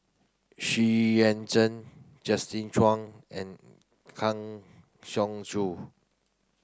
Xu Yuan Zhen Justin Zhuang and Kang Siong Joo